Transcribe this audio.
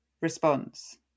response